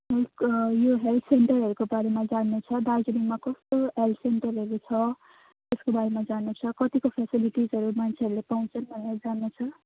यो हेल्थ सेन्टहरूको बारेमा जान्नु छ दार्जिलिङमा कस्तो हेल्थ सेन्टरहरू छ त्यसको बारेमा जान्न छ कतिको फेसिलिटीजहरू मान्छेहरूले पाउँछन् भनेर जान्न छ